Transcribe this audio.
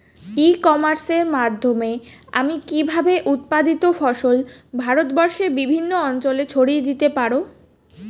ই কমার্সের মাধ্যমে আমি কিভাবে উৎপাদিত ফসল ভারতবর্ষে বিভিন্ন অঞ্চলে ছড়িয়ে দিতে পারো?